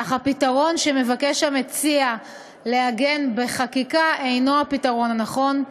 אך הפתרון שמבקש המציע לעגן בחקיקה אינו הפתרון הנכון.